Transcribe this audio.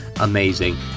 amazing